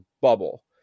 bubble